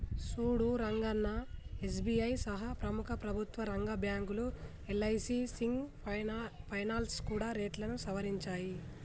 సూడు రంగన్నా ఎస్.బి.ఐ సహా ప్రముఖ ప్రభుత్వ రంగ బ్యాంకులు యల్.ఐ.సి సింగ్ ఫైనాల్స్ కూడా రేట్లను సవరించాయి